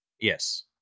Yes